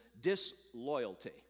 disloyalty